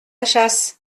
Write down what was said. chasse